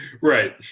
right